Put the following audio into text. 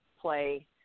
play